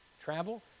travel